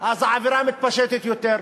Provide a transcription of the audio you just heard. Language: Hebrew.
אז העבירה מתפשטת יותר,